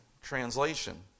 translation